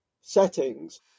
settings